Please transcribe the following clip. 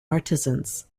artisans